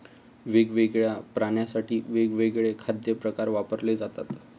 वेगवेगळ्या प्राण्यांसाठी वेगवेगळे खाद्य प्रकार वापरले जातात